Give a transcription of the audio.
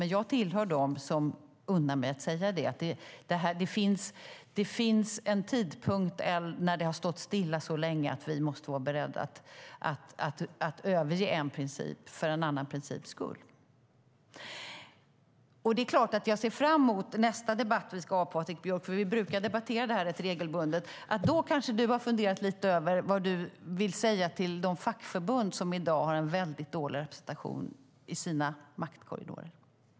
Men jag tillhör dem som unnar sig att säga att det finns en tidpunkt när det har stått stilla så länge att vi måste vara beredda att överge en princip för en annan princips skull. Det är klart att jag ser fram mot nästa debatt vi ska ha, Patrik Björck, för vi brukar debattera detta rätt regelbundet. Då kanske du har funderat lite över vad du vill säga till de fackförbund som i dag har en väldigt dålig representation i sina maktkorridorer.